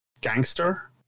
gangster